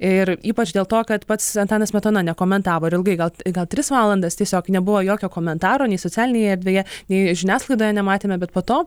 ir ypač dėl to kad pats antanas smetona nekomentavo ir ilgai gal gal tris valandas tiesiog nebuvo jokio komentaro nei socialinėje erdvėje nei žiniasklaidoje nematėme bet po to